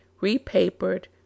Repapered